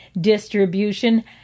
distribution